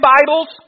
Bibles